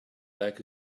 like